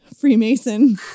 Freemason